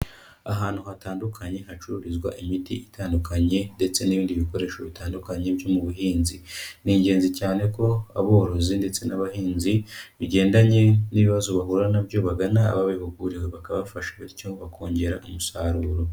Ahantu hatandukanye hacururizwa imiti itandukanye, ndetse n'ibindi bikoresho bitandukanye byo mu buhinzi, ni ingenzi cyane ko aborozi ndetse n'abahinzi bigendanye n'ibibazo bahura nabyo bagana ababihuguriwe bakabafasha bityo bakongera umusaruro.